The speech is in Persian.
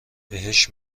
بهش